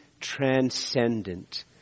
transcendent